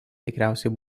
tikriausiai